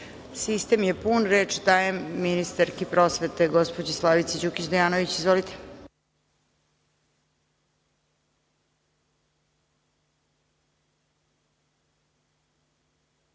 je pun. Reč dajem ministarki prosvete, gospođi Slavici Đukić Dejanović. Izvolite.